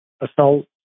assault